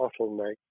bottleneck